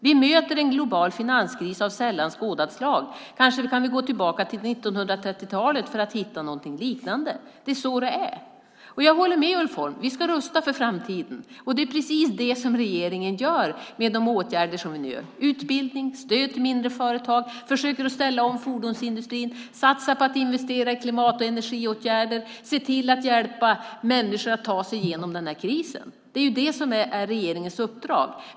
Vi möter en global finanskris av sällan skådat slag. Vi får kanske gå tillbaka till 1930-talet för att hitta något liknande; så är det. Jag håller med Ulf Holm. Vi ska rusta för framtiden. Det är precis det som regeringen gör med sina åtgärder nu. Det gäller då utbildning och också stöd till mindre företag. Dessutom försöker vi ställa om fordonsindustrin. Vi satsar på investeringar i klimat och energiåtgärder och på att se till att hjälpa människor att ta sig igenom krisen. Det är det här som är regeringens uppdrag.